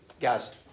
Guys